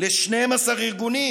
ל-12 ארגונים,